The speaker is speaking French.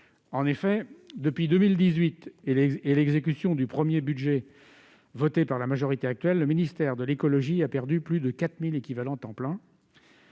En effet, depuis 2018 et l'exécution du premier budget voté par la majorité actuelle, le ministère de la transition écologique a perdu plus de 4 000 équivalents temps plein